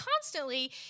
constantly